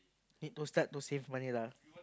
it will start to save money lah